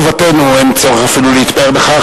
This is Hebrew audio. זאת חובתנו, אין צורך אפילו להתפאר בכך.